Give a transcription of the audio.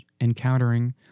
encountering